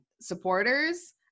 supporters